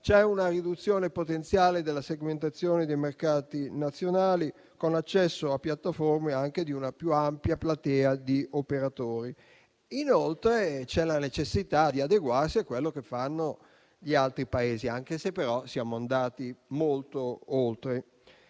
c'è una riduzione potenziale della segmentazione dei mercati nazionali, con accesso anche a piattaforme di una più ampia platea di operatori. Inoltre, c'è la necessità di adeguarsi a quello che fanno gli altri Paesi, anche se siamo andati molto oltre.